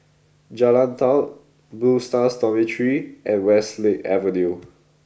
Jalan Daud Blue Stars Dormitory and Westlake Avenue